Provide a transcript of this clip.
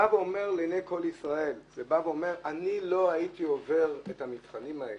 אומר לעיני כל ישראל: אני לא הייתי עובר את המבחנים האלה,